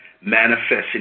manifesting